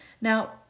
Now